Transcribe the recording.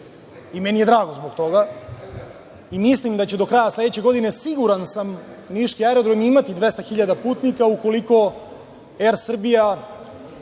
i meni je drago zbog toga. Mislim da će do kraja sledeće godine siguran sam Niški aerodrom imati 200 hiljada putnika ukoliko „Er Srbija“